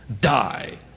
die